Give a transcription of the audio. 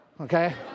Okay